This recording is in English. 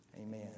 Amen